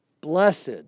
Blessed